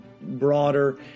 Broader